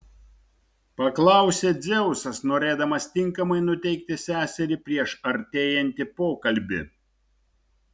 paklausė dzeusas norėdamas tinkamai nuteikti seserį prieš artėjantį pokalbį